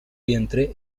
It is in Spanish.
vientre